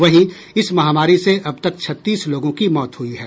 वहीं इस महामारी से अब तक छत्तीस लोगों की मौत हुई है